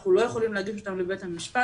אנחנו לא יכולים להגיש אותן לבית המשפט